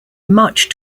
much